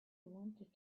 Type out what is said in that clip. wanted